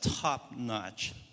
top-notch